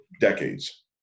decades